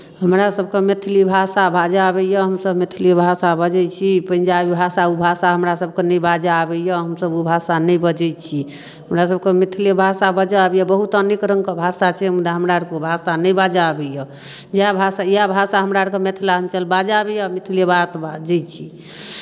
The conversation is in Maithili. हमरासभके मैथिली भाषा बाजय अबैए हमसभ मैथिली भाषा बजै छी पंजाबी भाषा ओ भाषा हमरासभके नहि बाजय आबैए हमसभ ओ भाषा नहि बजै छी हमरासभके मैथिली भाषा बाजय अबैए बहुत अनेक रंगके भाषा छै मुदा हमरा आओरके ओ भाषा नहि बाजय आबैए इएह भाषा इएह भाषा हमरा आओरके मिथिलाञ्चल बाजय अबैए मिथिले बात बाजै छी